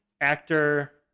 actor